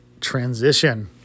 transition